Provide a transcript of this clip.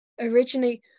Originally